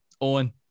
Owen